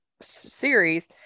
series